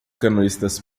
canoístas